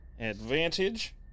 Advantage